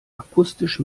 akustisch